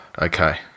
Okay